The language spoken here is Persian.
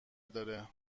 داره